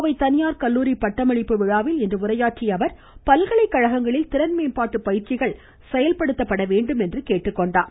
கோவை தனியார் கல்லூரி பட்டமளிப்பு விழாவில் இன்று உரையாற்றிய அவர் பல்கலைக்கழகங்களில் திறன் மேம்பாட்டு பயிற்சிகள் செயல்படுத்தப்பட வேண்டும் என்றும் குறிப்பிட்டார்